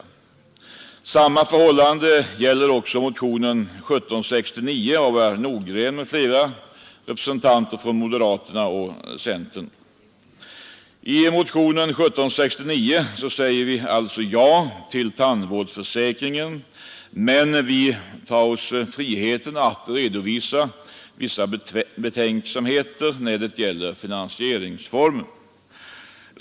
Detsamma gäller beträffande motionen 1769 av herr Nordgren m.fl. Motionärerna är representanter för moderata samlingspartiet och centerpartiet. I motionen 1769 säger vi alltså ja till tandvårdsförsäkringen, men vi tar oss friheten att redovisa vissa betänkligheter när det gäller finansieringsformen.